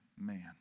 man